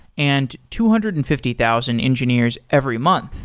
and two hundred and fifty thousand engineers every month.